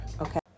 okay